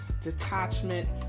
detachment